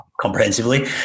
comprehensively